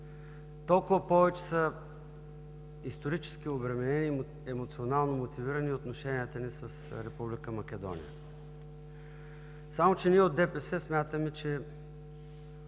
Толкова повече са исторически обременени и емоционално мотивирани отношенията ни с Република Македония! Само че, ние от ДПС смятаме, че